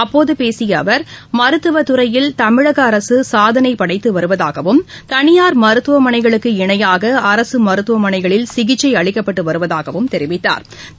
அப்போது பேசிய அவர் மருத்துவத் துறையில் தமிழக அரசு சாதனைபடைத்து வருவதாகவும் தனியார் மருத்துவமனைகளுக்கு இணையாக அரசு மருத்துவமனைகளில் சிகிச்சை அளிக்கப்பட்டு வருவதாகத் தெரிவித்தாா்